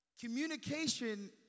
Communication